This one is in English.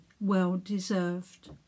well-deserved